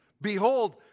behold